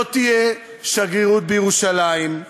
לא תהיה שגרירות בירושלים.